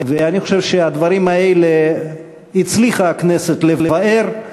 ואני חושב שאת הדברים האלה הצליחה הכנסת לבער,